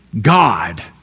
God